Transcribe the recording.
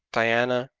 diana,